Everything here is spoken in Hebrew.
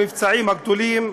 המבצעים הגדולים",